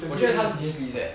我就觉得他是 decrease eh